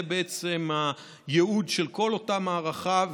זה בעצם הייעוד של כל אותה מערכה,